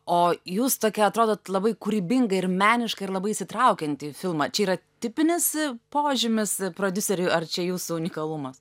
o jūs tokia atrodot labai kūrybinga ir meniška ir labai įsitraukianti į filmą čia yra tipinis požymis prodiuseriui ar čia jūsų unikalumas